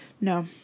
No